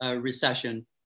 Recession